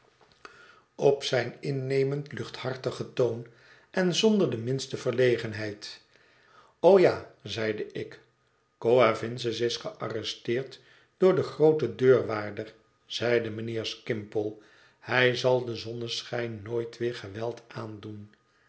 op zijn innemend luchthartigen toon en zonder de minste verlegenheid o ja zeide ik coavinses is gearresteerd door den grooten deurwaarder zeide mijnheer skimpole hij zal den zonneschijn nooit weer geweld aandoen